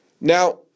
Now